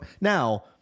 Now